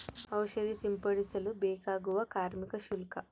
ಔಷಧಿ ಸಿಂಪಡಿಸಲು ಬೇಕಾಗುವ ಕಾರ್ಮಿಕ ಶುಲ್ಕ?